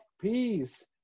peace